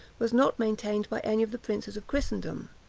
was not maintained by any of the princes of christendom